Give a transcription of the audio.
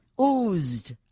Oozed